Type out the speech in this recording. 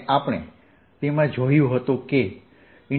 અને આપણે તેમાં જોયું હતું કે 12E